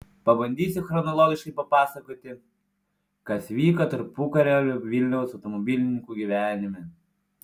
pabandysiu chronologiškai papasakoti kas vyko tarpukario vilniaus automobilininkų gyvenime